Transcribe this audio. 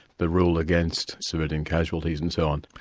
the rule against civilian casualties and so on.